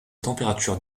température